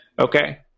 Okay